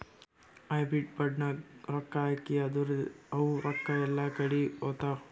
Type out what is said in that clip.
hybrid ಫಂಡ್ನಾಗ್ ರೊಕ್ಕಾ ಹಾಕಿ ಅಂದುರ್ ಅವು ರೊಕ್ಕಾ ಎಲ್ಲಾ ಕಡಿ ಹೋತ್ತಾವ್